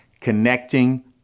connecting